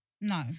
No